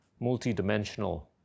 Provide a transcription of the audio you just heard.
multidimensional